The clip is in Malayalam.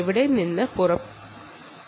അവിടെ നിന്ന് പുറത്തുകടക്കുന്നത് എങ്ങനെ